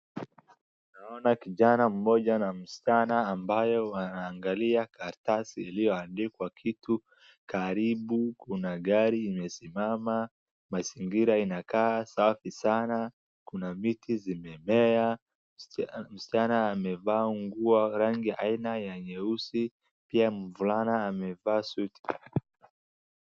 Naona kijana mmoja na msichana ambaye wanaangalia karatasi iliyoandikwa kitu. Karibu kuna gari imesimama, mazingira inakaa safi sana, kuna miti zimemea. Msichana amevaa nguo rangi aina ya nyeusi. Pia mvulana amevaa suti.